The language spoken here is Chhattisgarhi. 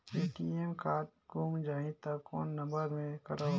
ए.टी.एम कारड गुम जाही त कौन नम्बर मे करव?